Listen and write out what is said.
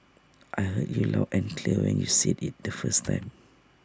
I heard you loud and clear when you said IT the first time